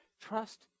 trust